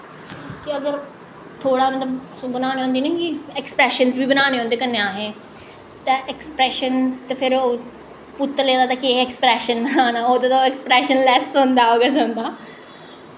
कि अगर थोह्ड़ा मतलब बनानी होंदी नी अक्सप्रैशन बी बनाने होंदे कन्नै असें ते आक्सप्रैशन ते फिर पुत्तलें दा ते केह् ऐक्सप्रैशन बनाना ओह्दे दे तां ऐक्सप्रैशन लैस्स होंदा